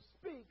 speak